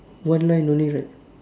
one line only right